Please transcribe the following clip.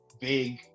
big